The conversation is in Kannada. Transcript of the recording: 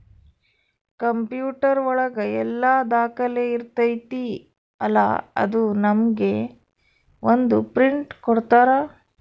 ಕಂಪ್ಯೂಟರ್ ಒಳಗ ಎಲ್ಲ ದಾಖಲೆ ಇರ್ತೈತಿ ಅಲಾ ಅದು ನಮ್ಗೆ ಒಂದ್ ಪ್ರಿಂಟ್ ಕೊಡ್ತಾರ